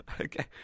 Okay